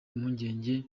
impungenge